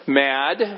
mad